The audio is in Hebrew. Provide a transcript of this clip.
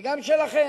וגם את שלכם.